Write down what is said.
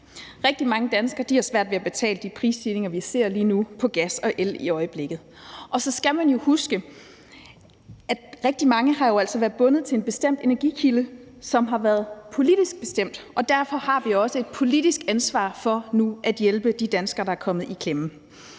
Rigtig mange danskere har svært ved at betale de højere priser, vi ser lige nu, på gas og el. Og så skal man jo huske, at rigtig mange jo altså har været bundet til en bestemt energikilde, som har været politisk bestemt; derfor har vi også et politisk ansvar for nu at hjælpe de danskere, der er kommet i klemme.